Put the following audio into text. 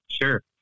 Sure